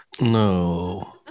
No